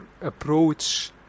approach